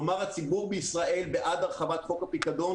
כלומר הציבור בישראל הוא בעד הרחבת חוק הפיקדון